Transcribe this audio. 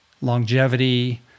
longevity